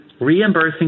reimbursing